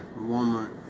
Walmart